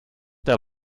der